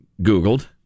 Googled